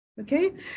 Okay